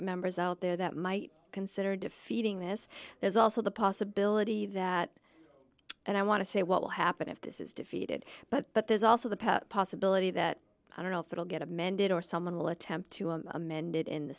members out there that might consider defeating this there's also the possibility that and i want to say what will happen if this is defeated but there's also the possibility that i don't know if it'll get amended or someone will attempt to amend it in the